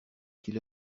qu’il